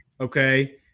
okay